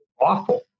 awful